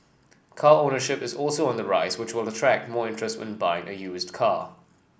car ownership is also on the rise which will attract more interest in buying a used car